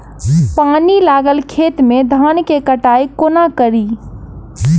पानि लागल खेत मे धान केँ कटाई कोना कड़ी?